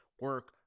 Work